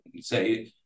say